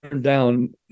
down